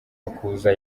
makuza